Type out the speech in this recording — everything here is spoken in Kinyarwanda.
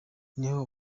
niho